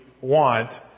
want